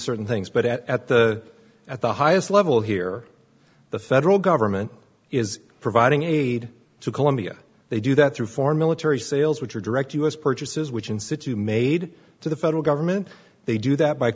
certain things but at the at the highest level here the federal government is providing aid to colombia they do that through foreign military sales which are direct u s purchases which in situ made to the federal government they do that by